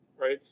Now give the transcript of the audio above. right